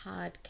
podcast